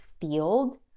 field